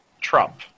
Trump